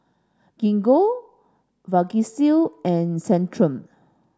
Gingko Vagisil and Centrum